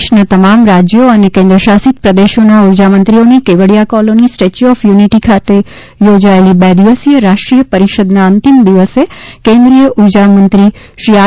દેશના તમામ રાજયો અને કેન્મશાસિત પ્રદેશોના ઉર્જામંત્રીઓની Kevadia colony Statue of Unity ખાતે યોજાયેલી બે દિવસીય રાષ્રીતિય પરિષદના અંતિમ દિવસે કેન્રીનાય ઉર્જા મંત્રી શ્રી આર